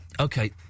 Okay